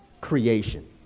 creation